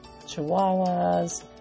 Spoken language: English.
Chihuahuas